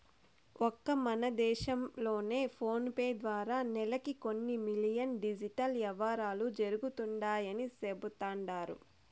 ఒక్క మన దేశం లోనే ఫోనేపే ద్వారా నెలకి కొన్ని మిలియన్ డిజిటల్ యవ్వారాలు జరుగుతండాయని సెబుతండారు